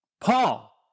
Paul